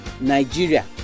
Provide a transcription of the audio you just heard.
Nigeria